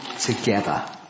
together